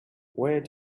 where